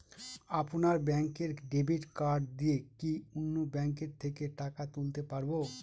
আপনার ব্যাংকের debit card দিয়ে কি অন্য ব্যাংকের থেকে টাকা তুলতে পারবো?